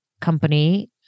company